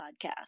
podcast